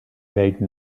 made